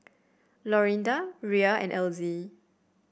Lorinda Rhea and Elzie